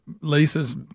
Lisa's